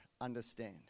understand